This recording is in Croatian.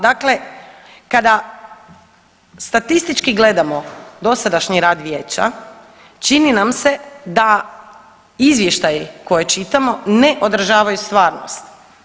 Dakle, kada statistički gledamo dosadašnji rad vijeća čini nam se da izvještaji koje čitamo ne odražavaju stvarnost.